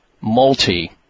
multi